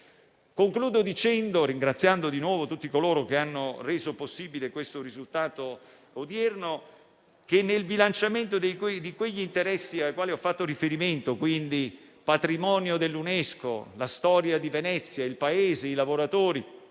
Concludo ringraziando di nuovo tutti coloro che hanno reso possibile il risultato odierno, nel bilanciamento degli interessi ai quali ho fatto riferimento (il patrimonio dell'UNESCO, la storia di Venezia, il Paese, i lavoratori